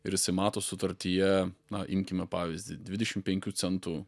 ir jisai mato sutartyje na imkime pavyzdį dvidešim penkių centų